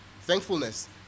Thankfulness